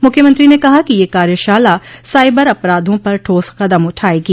मुख्यमंत्री ने कहा कि यह कार्यशाला साइबर अपराधों पर ठोस कदम उठायेगी